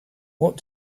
what